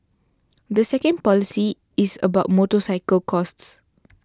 the second policy is about motorcycle costs